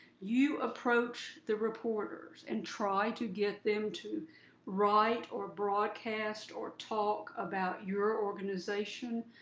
you approach the reporters and try to get them to write, or broadcast, or talk about your organization,